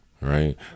right